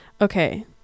Okay